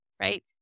right